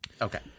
okay